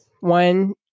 one